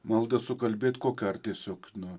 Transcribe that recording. maldą sukalbėt kokią ar tiesiog na